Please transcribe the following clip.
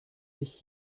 sich